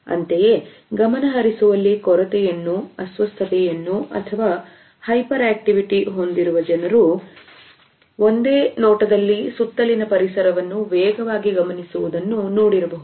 ಅಂತೆಯೇ ಗಮನಹರಿಸುವಲ್ಲಿ ಕೊರತೆಯನ್ನು ಅಸ್ವಸ್ಥತೆಯನ್ನು ಅಥವಾ ಹೈಪರ್ಯಾಕ್ಟಿವಿಟಿ ಹೊಂದಿರುವ ಜನರು ಒಂದೇ ನೋಟದಲ್ಲಿ ಸುತ್ತಲಿನ ಪರಿಸರವನ್ನು ವೇಗವಾಗಿ ಗಮನಿಸುವುದನ್ನು ನೋಡಿರಬಹುದು